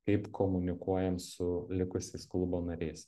kaip komunikuojam su likusiais klubo nariais